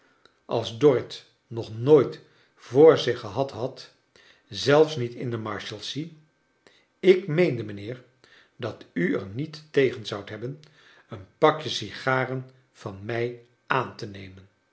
als dorrit nog nooit voor zich gehad had zelfs niet in de marshalsea ik meende mijnheer dat u er niet tegen zoudt hebben een pakje sigaren vain mij aan te nemen